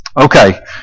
Okay